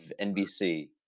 NBC